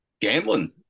Gambling